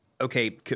okay